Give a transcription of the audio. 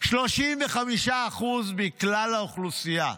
35% מכלל האוכלוסייה.